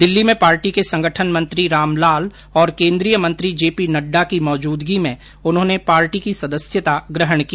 दिल्ली में पार्टी के संगठन मंत्री रामलाल और केन्द्रीय मंत्री जेपी नड़डा की मौजूदगी में उन्होंने पार्टी की सदस्यता ग्रहण की